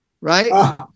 right